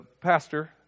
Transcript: pastor